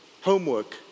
homework